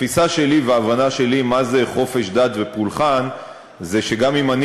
התפיסה שלי וההבנה שלי מה זה חופש דת ופולחן זה שגם אם אני